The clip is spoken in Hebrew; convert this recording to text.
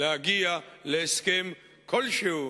להגיע להסכם כלשהו,